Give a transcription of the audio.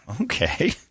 Okay